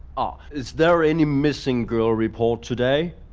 ah is there any missing girl report today?